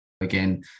again